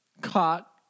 caught